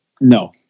no